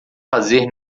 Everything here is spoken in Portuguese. fazer